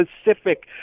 specific